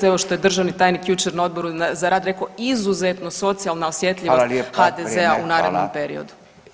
Evo što je državni tajnik jučer na Odboru za rad rekao izuzetno socijalna osjetljivost [[Upadica Radin: Hvala lijepa, vrijeme, hvala.]] HDZ-a u narednom periodu.